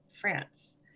France